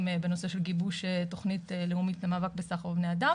בנושא של גיבוש תוכנית לאומית למאבק בסחר בבני אדם.